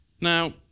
Now